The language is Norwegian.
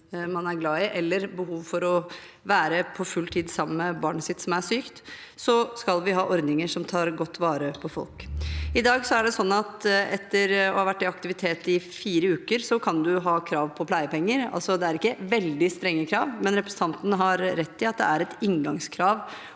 hjemme på full tid sammen med barnet sitt som er sykt – skal vi ha ordninger som tar godt vare på folk. I dag er det sånn at etter å vært i aktivitet i fire uker kan du ha krav på pleiepenger. Det er altså ikke veldig strenge krav, men representanten har rett i at det er et inngangskrav